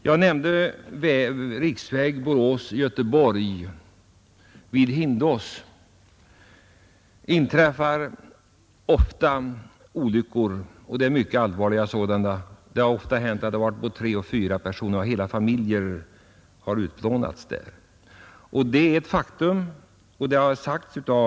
Jag nämnde riksvägen Borås—Göteborg. Vid Hindås inträffar ofta trafikolyckor, även mycket allvarliga sådana. Det är ett faktum, att det har hänt att tre och fyra personer och t.o.m. hela familjer har utplånats där på en gång.